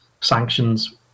sanctions